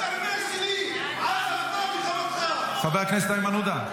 לא רציתי לענות לך,